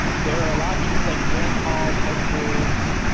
there are a lot of people like rand paul, ted cruz,